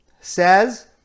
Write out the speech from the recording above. says